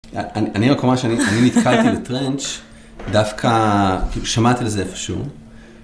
אני רק אומר שאני נתקלתי בטרנץ', דווקא שמעתי על זה איפשהו.